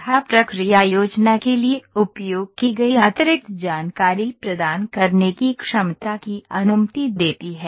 सुविधा प्रक्रिया योजना के लिए उपयोग की गई अतिरिक्त जानकारी प्रदान करने की क्षमता की अनुमति देती है